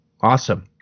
awesome